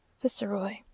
Viceroy